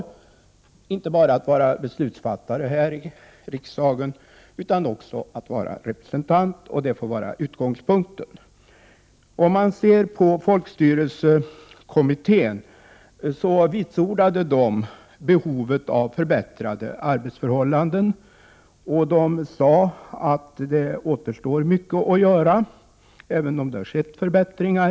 Vi skall inte bara vara beslutsfattare här i riksdagen, utan vi skall också vara representanter, och detta får vara utgångspunkten. Om man läser folkstyrelsekommitténs betänkande finner man att kommittén vitsordade behovet av förbättrade arbetsförhållanden, och kommittén sade att det återstår mycket att göra, även om det har skett förbättringar.